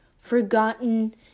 forgotten